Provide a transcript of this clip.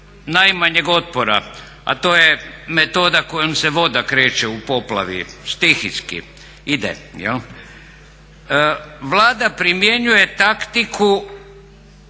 najmanjeg otpora a to je metoda kojom se voda kreće u poplavi, stihijski, ide, vlada primjenjuje taktiku,